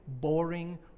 boring